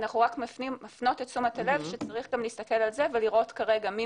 אנחנו רק מפנות את תשומת הלב שצריך להסתכל גם על זה ולראות מי